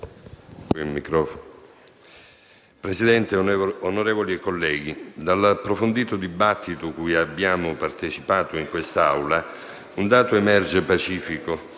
Presidente, onorevoli colleghi, dall'approfondito dibattito cui abbiamo partecipato in quest'Aula un dato emerge pacifico,